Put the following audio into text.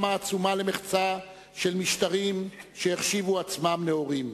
העצומה למחצה של משטרים שהחשיבו עצמם נאורים.